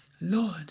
Lord